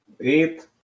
Eight